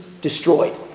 destroyed